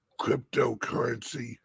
cryptocurrency